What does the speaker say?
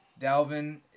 Dalvin